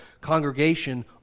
congregation